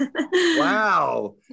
Wow